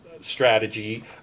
strategy